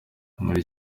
muri